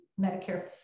Medicare